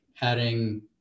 adding